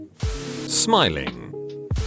Smiling